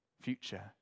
future